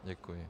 Děkuji.